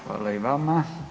Hvala i vama.